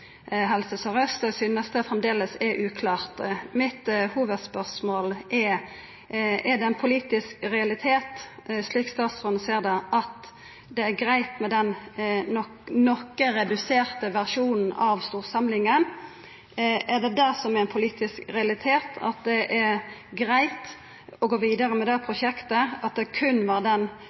eg synest det framleis er uklart. Mitt hovudspørsmål er: Er det ein politisk realitet, slik statsråden ser det, at det er greitt med den noko reduserte versjonen av storsamlinga, at det er greitt å gå vidare med det prosjektet, og at det berre var den